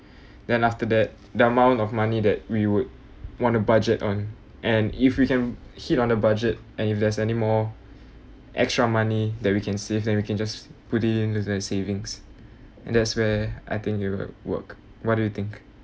then after that the amount of money that we would want to budget on and if we can hit on the budget and if there's any more extra money that we can save then we can just put it into the savings and that's where I think it will work what do you think